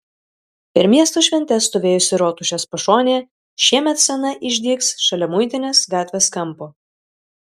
per miesto šventes stovėjusi rotušės pašonėje šiemet scena išdygs šalia muitinės gatvės kampo